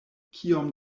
kiom